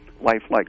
lifelike